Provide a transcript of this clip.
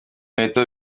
karere